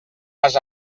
vas